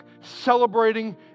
celebrating